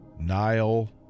Nile